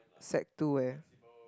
sec two eh